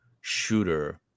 shooter